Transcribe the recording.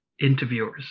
interviewers